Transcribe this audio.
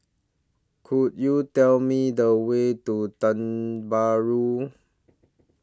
Could YOU Tell Me The Way to Tiong Bahru